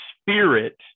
spirit